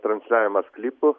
transliavimas klipų